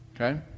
Okay